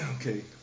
Okay